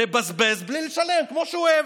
לבזבז בלי לשלם, כמו שהוא אוהב.